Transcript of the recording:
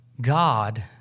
God